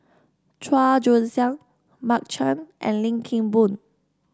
Chua Joon Siang Mark Chan and Lim Kim Boon